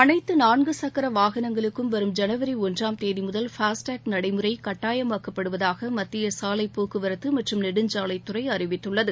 அனைத்து நான்கு சக்கர வாகனங்களுக்கும் வரும் ஜனவரி ஒன்றாம் தேதிமுதல் பாஸ்டேக் நடைமுறை கட்டாயமாக்கப்படுவதாக மத்திய சாலைப்போக்குவரத்து மற்றும் நெடுஞ்சாலைத்துறை அறிவித்துள்ளது